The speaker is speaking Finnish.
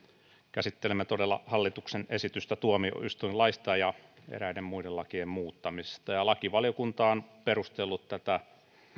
käsittelemme todella hallituksen esitystä tuomioistuinlain ja ja eräiden muiden lakien muuttamisesta lakivaliokunta on perustellut tätä